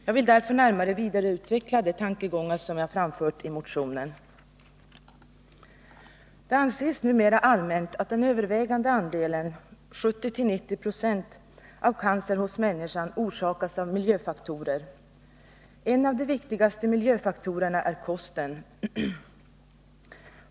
Jag vill därför närmare vidareutveckla de tankegångar jag framfört i motionen. Det anses numera allmänt att den övervägande andelen — 70-90 96 —- cancer hos människan orsakas av miljöfaktorer. En av de viktigaste miljöfaktorerna är kosten.